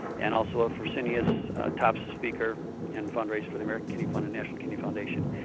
and also a fresenius top speaker and fund raiser for the american kidney fund and national kidney foundation.